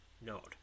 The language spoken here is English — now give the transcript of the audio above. nod